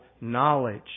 knowledge